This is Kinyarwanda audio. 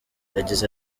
yagize